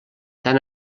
tan